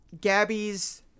Gabby's